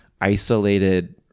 isolated